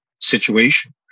situation